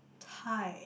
thigh